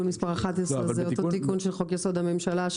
מס' 11 זה אותו תיקון של חוק-יסוד: הממשלה,